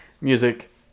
Music